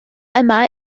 yma